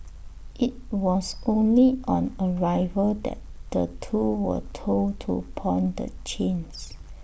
IT was only on arrival that the two were told to pawn the chains